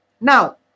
now